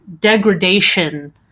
degradation